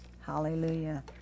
Hallelujah